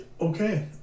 okay